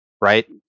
right